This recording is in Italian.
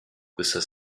questa